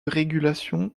régulation